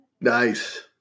Nice